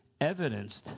evidenced